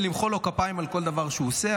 למחוא לו כפיים על כל דבר שהוא עושה,